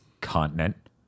continent